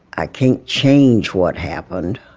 i can't change what happened.